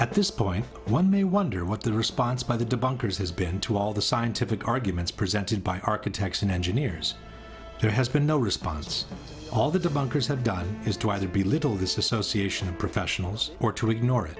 at this point one may wonder what the response by the debunkers has been to all the scientific arguments presented by architects and engineers there has been no response all the debunkers have done is to either be little this association of professionals or to ignore it